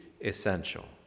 essential